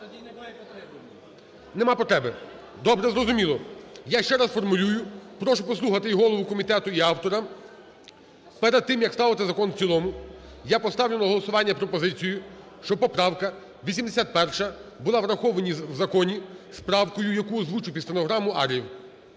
Немає потреби. Добре, зрозуміло. Я ще раз сформулюю, прошу послухати і голову комітету, і автора. Перед тим, як ставити закон в цілому, я поставлю на голосування пропозицію, щоб поправка 81 була врахована в законі з правкою, яку озвучив під стенограму Ар'єв.